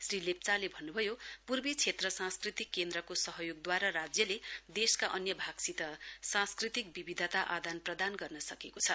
श्री लेप्चाले भन्न् भयो पूर्वी क्षेत्र सांस्कृतिक केन्द्रको सहयोगद्वारा राज्यले देशमा अन्य भागसित सांस्कृतिक विविधता आदान प्रदान गर्न सकेको छ